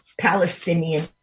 Palestinian